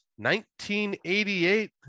1988